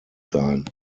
sein